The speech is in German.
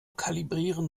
kalibrieren